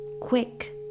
quick